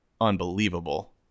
unbelievable